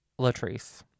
Latrice